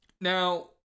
Now